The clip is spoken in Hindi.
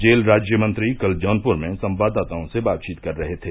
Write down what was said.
जेल राज्य मंत्री कल जौनपुर में संवाददाताओं से बातचीत कर रहे थे